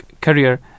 career